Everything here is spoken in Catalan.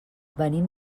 venim